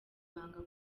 banga